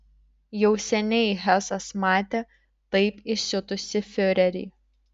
jau seniai hesas matė taip įsiutusį fiurerį